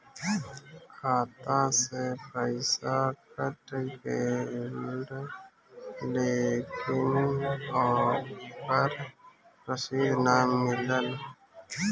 खाता से पइसा कट गेलऽ लेकिन ओकर रशिद न मिलल?